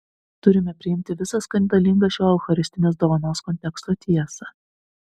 turime priimti visą skandalingą šio eucharistinės dovanos konteksto tiesą